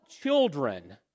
children